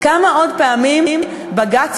כמה פעמים עוד בג"ץ,